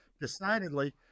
decidedly